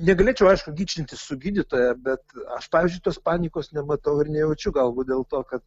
negalėčiau aišku ginčytis su gydytoja bet aš pavyzdžiui tos panikos nematau ir nejaučiu galbūt dėl to kad